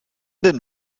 den